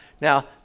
Now